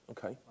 Okay